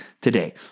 today